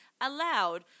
allowed